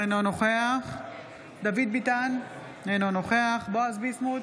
אינו נוכח דוד ביטן, אינו נוכח בועז ביסמוט,